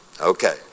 Okay